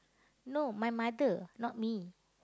no my mother not me